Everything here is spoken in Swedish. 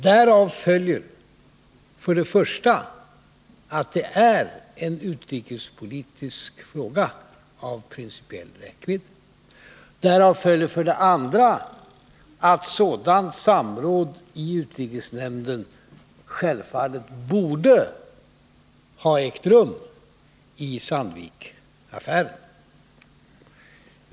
Därav följer för det första att fallet Sandvik är en utrikespolitisk fråga av principiell räckvidd. Därav följer för det andra att samråd i utrikesnämnden självfallet borde ha ägt rum i Sandviksaffären.